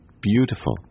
beautiful